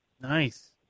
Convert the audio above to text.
Nice